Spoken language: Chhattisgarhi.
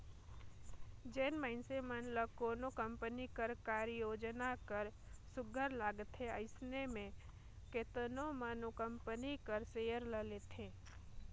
जेन मइनसे मन ल कोनो कंपनी कर कारयोजना हर सुग्घर लागथे अइसे में केतनो मन ओ कंपनी कर सेयर ल लेथे